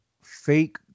fake